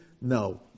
No